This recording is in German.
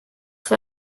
für